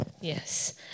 Yes